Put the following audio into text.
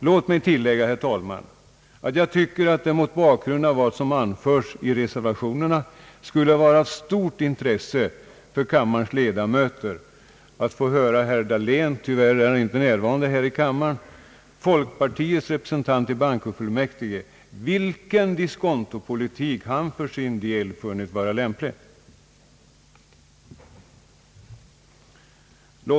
Låt mig tillägga, herr talman, att jag tycker det skulle varit av stort intresse för kammarens ledamöter att få höra vilken diskontopolitik folkpartiets representant i bankofullmäktige, herr Dahlén, för sin del funnit vara lämplig, men tyvärr är han inte närvarande här i kammaren.